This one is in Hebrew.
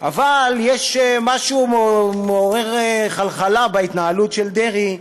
אבל יש משהו מעורר חלחלה בהתנהלות של דרעי,